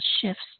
shifts